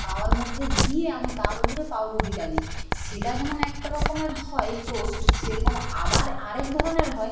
তার মধ্যে দিয়ে আমি তার উপরে পাউরুটিটা দিই সেটা যেমন একটা রকমের হয় টোস্ট সেরকম আবার আরেক ধরনের হয়